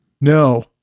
No